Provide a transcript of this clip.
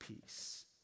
peace